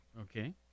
Okay